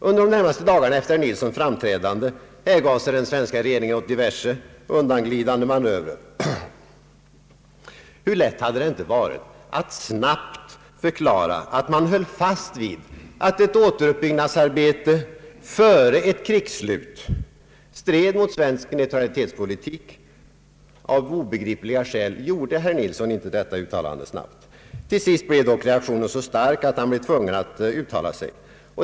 Under de närmaste dagarna efter herr Nilssons framträdande hängav sig den svenska regeringen åt diverse undanglidande manövrer. Hur lätt hade det inte varit att snabbt förklara att man höll fast vid att ett återuppbyggnadsarbete före ett krigsslut stred mot svensk neutralitetspolitik. Av obegripliga skäl gjorde herr Nilsson inte detta uttalande snabbt nog. Till sist blev dock reaktionen så stark att man blev tvungen att uttala sig.